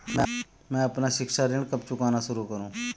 मैं अपना शिक्षा ऋण कब चुकाना शुरू करूँ?